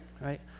right